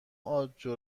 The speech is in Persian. آبجو